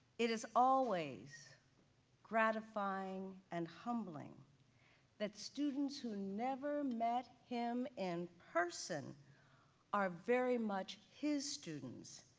it is always gratifying and humbling that students who never met him in person are very much his students,